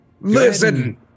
Listen